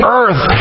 earth